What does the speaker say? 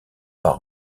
par